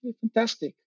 fantastic